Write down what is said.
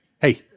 hey